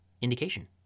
indication